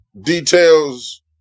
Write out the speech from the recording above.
details